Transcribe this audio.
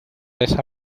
esa